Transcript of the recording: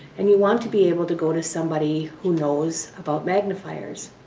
and you want to be able to go to somebody who knows about magnifiers.